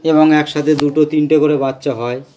এবং একসাথে দুটো তিনটে করে বাচ্চা হয়